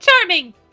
charming